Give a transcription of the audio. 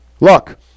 Look